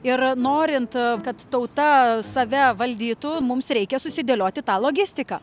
ir norint kad tauta save valdytų mums reikia susidėlioti tą logistiką